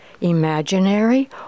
imaginary